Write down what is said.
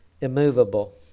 immovable